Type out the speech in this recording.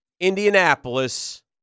Indianapolis